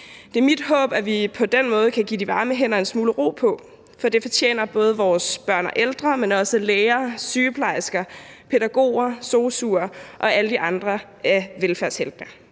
Det er mit håb, at vi på den måde kan give de varme hænder en smule ro på, for det fortjener både vores børn og ældre, men også læger, sygeplejersker, pædagoger, sosu'er og alle de andre af velfærdsheltene.